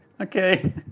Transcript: Okay